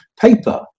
paper